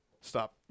stop